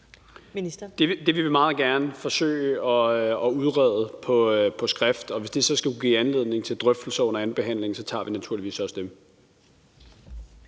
Det vil vi meget gerne forsøge at udrede på skrift, og hvis det så skulle give anledning til drøftelser under andenbehandlingen, tager vi naturligvis også dem.